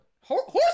horse